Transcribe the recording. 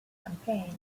campaign